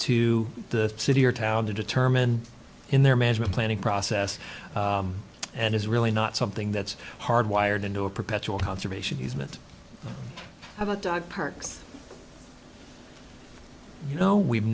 to the city or town to determine in their management planning process and is really not something that's hard wired into a perpetual conservation easement have a parks you know we've